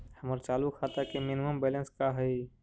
हमर चालू खाता के मिनिमम बैलेंस का हई?